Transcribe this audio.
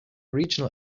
regional